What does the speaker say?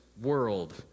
world